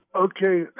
okay